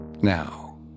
Now